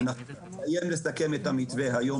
אנחנו נסיים לסכם את המתווה היום,